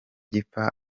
gipfa